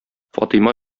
фатыйма